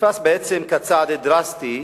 נתפס בעצם כצעד דרסטי,